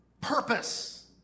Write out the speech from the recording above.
purpose